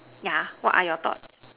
yeah what are your thoughts